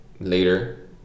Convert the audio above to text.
later